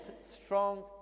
strong